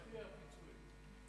יחי הפיצוי.